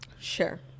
Sure